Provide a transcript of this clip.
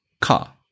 Car